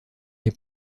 les